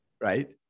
right